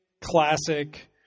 classic